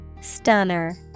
Stunner